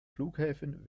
flughäfen